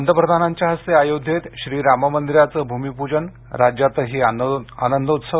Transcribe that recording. पंतप्रधानांच्या हस्ते अयोध्येत श्रीराम मंदिराचं भूमिप्जन राज्यातही आनंदोत्सव